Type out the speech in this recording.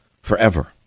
forever